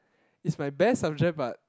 it's my best subject but